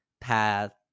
path